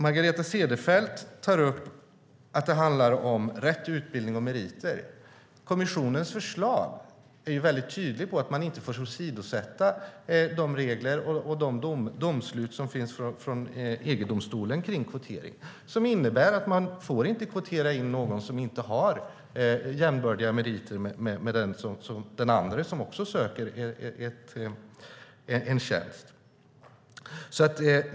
Margareta Cederfelt tar upp att det handlar om rätt utbildning och meriter. Kommissionens förslag är väldigt tydligt med att man inte får åsidosätta de regler och de domslut som finns från EG-domstolen kring kvotering, som innebär att man inte får kvotera in någon som inte har jämbördiga meriter med en annan som söker samma tjänst.